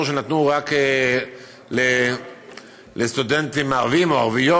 מבחינות שנתנו רק לסטודנטים ערבים או ערביות,